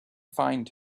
find